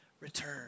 return